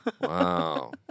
Wow